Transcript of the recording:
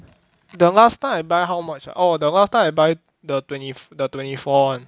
the last time I buy how much uh oh the last time I buy the twenty the twenty four